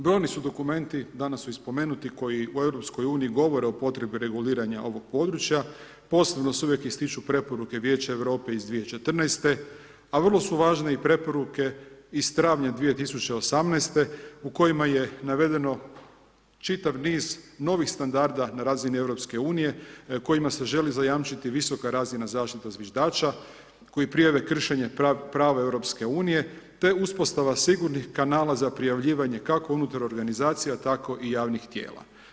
Brojni su dokumenti danas su i spomenuti koji u EU govore o potrebi reguliranja ovog područja, posebno se uvijek ističu preporuke Vijeća Europe iz 2014. a vrlo su važne i preporuke iz travnja 2018. u kojima je navedeno čitav niz novih standarda na razini EU kojima se želi zajamčiti visoka razina zaštita zviždača koji prijave kršenje prava EU te uspostava sigurnih kanala za prijavljivanje kako unutar organizacija tako i javnih tijela.